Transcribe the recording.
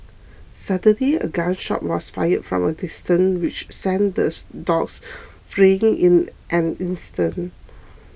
suddenly a gun shot was fired from a distance which sent the dogs fleeing in an instant